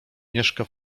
mieszka